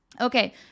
okay